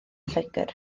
lloegr